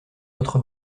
votre